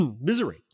misery